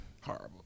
Horrible